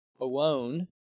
alone